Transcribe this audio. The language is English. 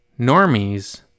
normies